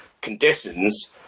conditions